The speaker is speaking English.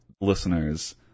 listeners